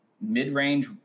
mid-range